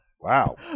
Wow